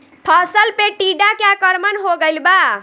फसल पे टीडा के आक्रमण हो गइल बा?